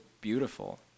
beautiful